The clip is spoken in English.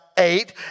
eight